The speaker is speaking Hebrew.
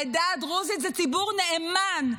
העדה הדרוזית זה ציבור נאמן,